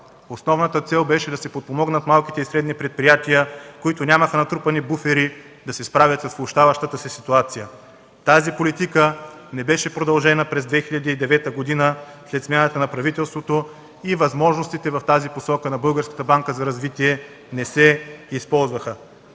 Основната цел беше да се подпомогнат малките и средни предприятия, които нямаха натрупани буфери, да се справят с влошаващата се ситуация. Тази политика не беше продължена през 2009 г., след смяната на правителството и възможностите в тази посока на Българската банка за развитие не се използваха.